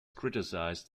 criticized